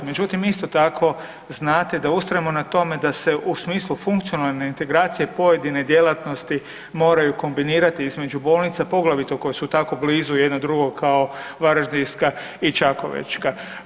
Međutim, isto tako znate da ustrajemo na tome da se u smislu funkcionalne integracije pojedine djelatnosti moraju kombinirati između bolnica poglavito koje su tako blizu jedna drugoj kao varaždinska i čakovečka.